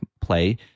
play